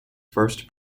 first